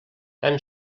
tan